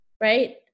right